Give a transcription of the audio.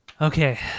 Okay